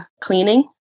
cleaning